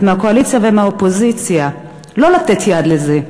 מהקואליציה ומהאופוזיציה לא לתת יד לזה,